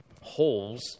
holes